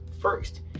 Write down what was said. first